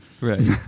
right